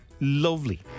lovely